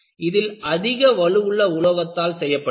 இது அதிக வலுவுள்ள உலோகத்தால் செய்யப்பட்டது